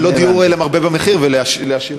ולא דיור למרבה במחיר ולעשירים.